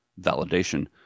validation